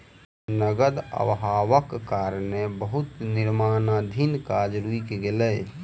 नकद अभावक कारणें बहुत निर्माणाधीन काज रुइक गेलै